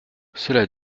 cela